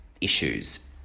issues